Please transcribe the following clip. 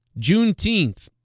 Juneteenth